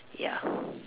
ya